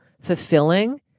fulfilling